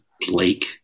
Blake